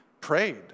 prayed